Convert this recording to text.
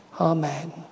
Amen